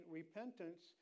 repentance